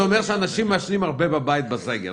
זה אומר שאנשים מעשנים הרבה בבית בסגר.